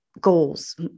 goals